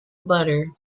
butter